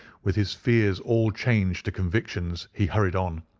with his fears all changed to convictions, he hurried on.